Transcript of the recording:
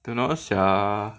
don't know sia